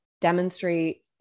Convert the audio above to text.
demonstrate